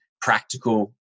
practical